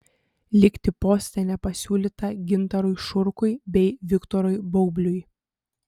likti poste nepasiūlyta gintarui šurkui bei viktorui baubliui